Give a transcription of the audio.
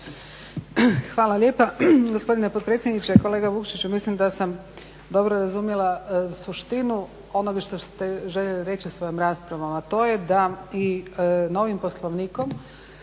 Hvala lijepa gospodine potpredsjedniče. Kolega Vukšiću mislim da sam dobro razumjela suštinu onoga što ste željeli reći svojom raspravom, a to je da i novim Poslovnikom